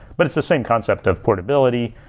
but it's the same concept of portability.